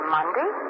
Monday